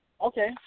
Okay